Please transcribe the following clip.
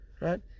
Right